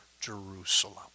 Jerusalem